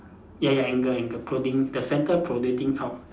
ya ya angle angle proding~ the centre protruding out